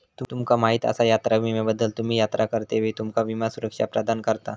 तुमका माहीत आसा यात्रा विम्याबद्दल?, तुम्ही यात्रा करतेवेळी तुमका विमा सुरक्षा प्रदान करता